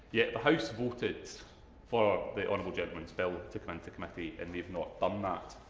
yet, the house voted for the honourable gentleman's bill to come into committee and they've not done that.